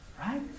Right